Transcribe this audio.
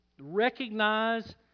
recognize